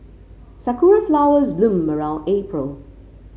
sakura flowers bloom around April